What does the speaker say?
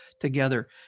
together